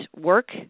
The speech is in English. work